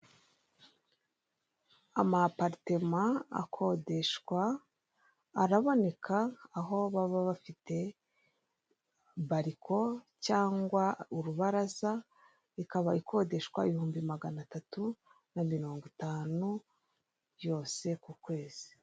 Amaparitema akodeshwa araboneka aho baba bafite bariko cyangwa urubaraza, ikaba ikodeshwa ibihumbi magana atatu na mirongo itanu byose ku kwezi